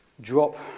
drop